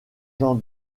jean